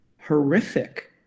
horrific